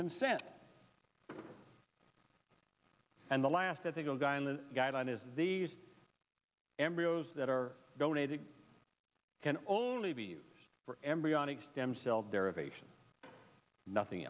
consent and the last ethical guy and the guideline is these embryos that are go native can only be used for embryonic stem cell derivation nothing